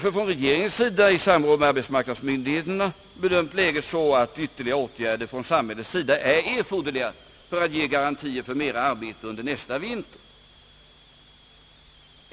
Regeringen har därför i samråd med arbetsmarknadsmyndigheterna bedömt läget så att ytterligare åtgärder från samhällets sida är erforderliga för att ge garantier för mera arbete under nästa vinter.